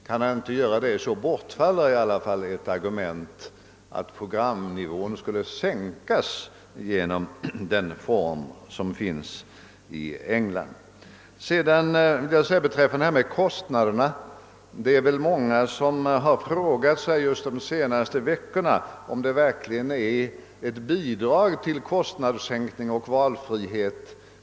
Kan han inte göra detta, bortfaller i alla fall argumentet att programnivån skulle sänkas genom införandet av ett system liknande de man har i England. Under de senaste veckorna har många frågat sig, om den organisation sor herr Palme tidigare föreslagit och som nu sättes i kraft verkligen utgör ett bidrag till kostnadssänkning och valfrihet.